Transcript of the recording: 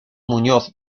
muñoz